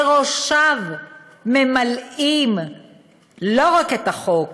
וראשיו ממלאים לא רק את החוק,